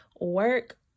Work